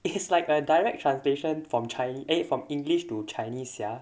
it's like a direct translation from chine~ eh from english to chinese sia